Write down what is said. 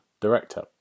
director